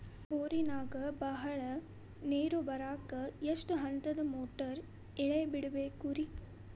ಬೋರಿನಾಗ ಬಹಳ ನೇರು ಬರಾಕ ಎಷ್ಟು ಹಂತದ ಮೋಟಾರ್ ಇಳೆ ಬಿಡಬೇಕು ರಿ?